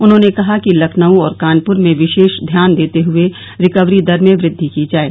उन्होंने कहा कि लखनऊ और कानपुर में विशेष ध्यान देते हुए रिकवरी दर में वृद्वि की जाये